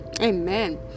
Amen